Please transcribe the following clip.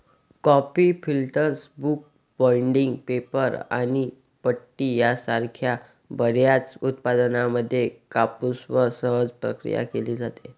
coffee filters, book binding, paper आणि पट्टी यासारख्या बर्याच उत्पादनांमध्ये कापूसवर सहज प्रक्रिया केली जाते